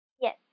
Yes